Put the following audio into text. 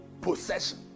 possession